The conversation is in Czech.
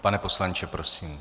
Pane poslanče, prosím.